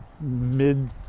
mid